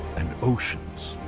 and oceans.